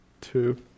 Two